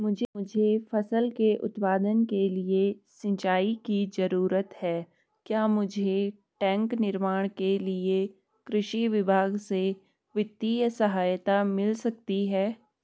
मुझे फसल के उत्पादन के लिए सिंचाई की जरूरत है क्या मुझे टैंक निर्माण के लिए कृषि विभाग से वित्तीय सहायता मिल सकती है?